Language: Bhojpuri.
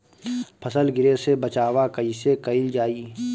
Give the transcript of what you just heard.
फसल गिरे से बचावा कैईसे कईल जाई?